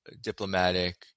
diplomatic